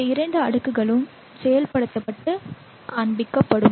இந்த இரண்டு அடுக்குகளும் செயல்படுத்தப்பட்டு காண்பிக்கப்படும்